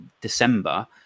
december